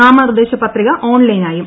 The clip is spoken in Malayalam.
നാമനിർദ്ദേശപത്രിക ഓൺലൈനായും